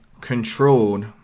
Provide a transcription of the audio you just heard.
controlled